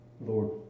Lord